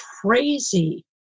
crazy